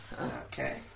Okay